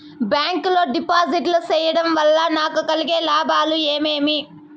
Bank లో డిపాజిట్లు సేయడం వల్ల నాకు కలిగే లాభాలు ఏమేమి?